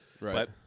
Right